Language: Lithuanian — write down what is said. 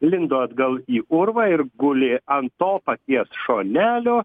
lindo atgal į urvą ir gulė ant to paties šonelio